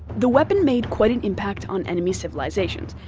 the weapon made quite an impact on enemy civilizations,